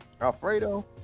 Alfredo